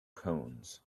cones